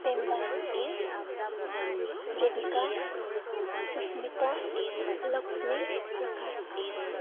पेम्बाहिसे Rebecca Sushmita Lakshmi Prakash